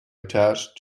attached